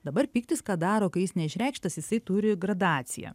dabar pyktis ką daro kai jis neišreikštas jisai turi gradaciją